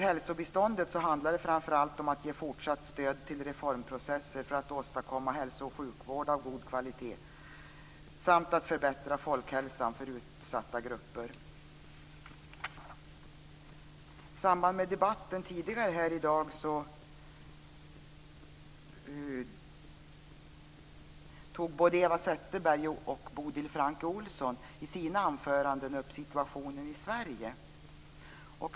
Hälsobiståndet handlar framför allt om att ge fortsatt stöd till reformprocesser för att åstadkomma hälso och sjukvård av god kvalitet samt att förbättra folkhälsan för utsatta grupper. I samband med debatten tidigare i dag tog både Eva Zetterberg och Bodil Francke Ohlsson upp frågan om situationen i Sverige.